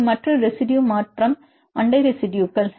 இது மற்ற ரெசிடுயு மாற்றும் அண்டை ரெசிடுயுகள்